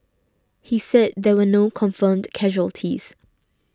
he said there were no confirmed casualties